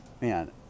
man